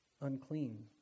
unclean